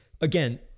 Again